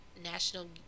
National